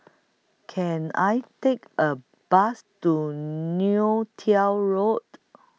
Can I Take A Bus to Neo Tiew Road